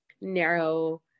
narrow